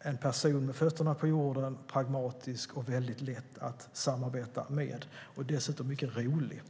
en person med fötterna på jorden, pragmatisk och lätt att samarbeta med - dessutom mycket rolig.